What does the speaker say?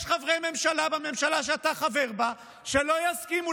יש חברי ממשלה בממשלה שאתה חבר בה שלא יסכימו